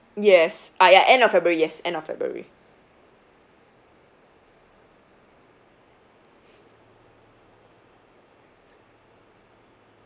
yes ah ya end of february yes end of february